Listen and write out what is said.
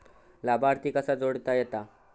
लाभार्थी कसा जोडता येता?